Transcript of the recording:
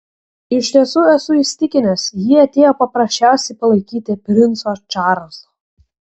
iš tiesų esu įsitikinęs ji atėjo paprasčiausiai palaikyti princo čarlzo